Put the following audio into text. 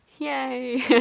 yay